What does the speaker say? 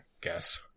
guess